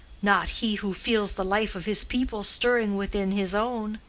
not he who feels the life of his people stirring within his own.